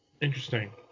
Interesting